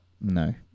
No